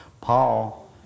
Paul